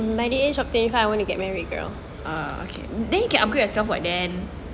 uh okay then you can upgrade yourself [what] then